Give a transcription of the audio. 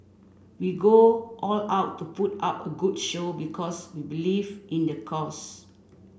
we go all out to put up a good show because we believe in the cause